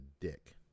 dick